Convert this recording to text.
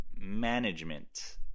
Management